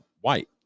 White